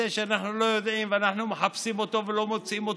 זה שאנחנו לא יודעים ואנחנו מחפשים אותו ולא מוצאים אותו,